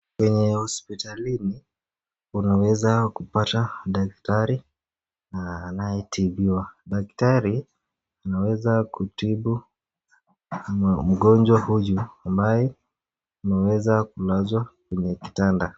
Kwenye hospitalini unaweza kupata daktari na anayetibiwa , daktari anaweza kutibu mgonjwa huyu ambaye anaweza kulazwa kwenye kitanda.